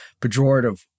pejorative